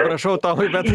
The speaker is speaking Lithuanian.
rašau tau bet